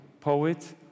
poet